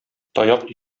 таяк